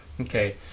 Okay